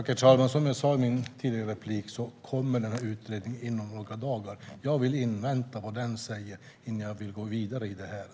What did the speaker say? Herr talman! Som jag sa i mitt tidigare inlägg kommer utredningen inom några dagar. Jag vill vänta och se vad som sägs i den innan jag går vidare i detta.